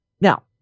Now